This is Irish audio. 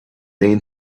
aon